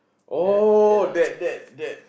oh that that that